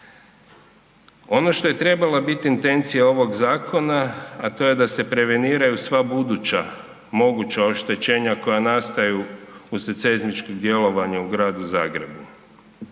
Ono što je trebala biti intencija ovog zakona, a to je da se preveniraju sva buduća moguća oštećenja koja nastaju uslijed seizmičkih djelovanja u Gradu Zagrebu.